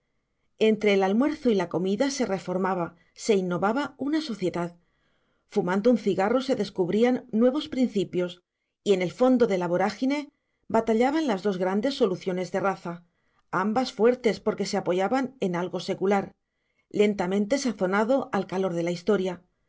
entre el almuerzo y la comida se reformaba se innovaba una sociedad fumando un cigarro se descubrían nuevos principios y en el fondo de la vorágine batallaban las dos grandes soluciones de raza ambas fuertes porque se apoyaban en algo secular lentamente sazonado al calor de la historia